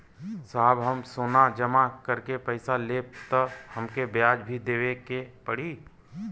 साहब हम सोना जमा करके पैसा लेब त हमके ब्याज भी देवे के पड़ी?